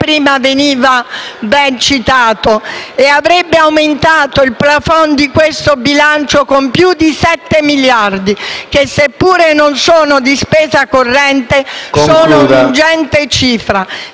prima veniva ben citato, e avrebbe aumentato il *plafond* di questo bilancio con più di sette miliardiche, seppure non sono di spesa corrente, sono una ingente cifra.